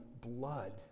blood